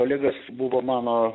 olegas buvo mano